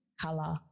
color